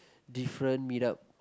different meet up